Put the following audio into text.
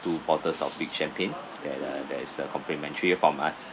two bottles of big champagne and a that's a complimentary from us